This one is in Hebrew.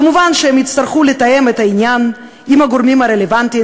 כמובן שהם יצטרכו לתאם את העניין עם הגורמים הרלוונטיים,